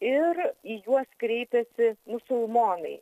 ir į juos kreipiasi musulmonai